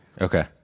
Okay